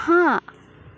હા